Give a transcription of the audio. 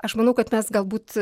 aš manau kad mes galbūt